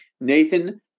Nathan